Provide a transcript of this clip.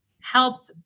help